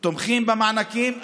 תומכים במענקים,